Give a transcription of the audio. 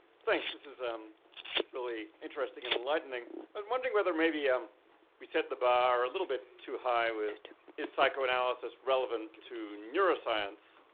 thanks, this is um really interesting and enlightening. i'm wondering whether maybe we set the bar a little bit too high with is psychoanalysis relevant to neuroscience?